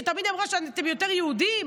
שתמיד אמרה שאתם יותר יהודים,